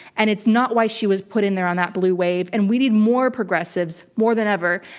and it's not why she was put in there on that blue wave. and we need more progressives more than ever.